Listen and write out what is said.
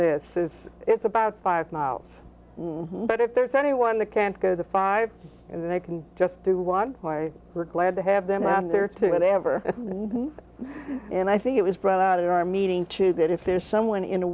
this says it's about five miles but if there's anyone the can't go the five and they can just do want why we're glad to have them out there to whatever and i think it was brought out in our meeting too that if there's someone in a